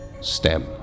stem